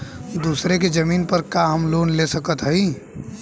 दूसरे के जमीन पर का हम लोन ले सकत हई?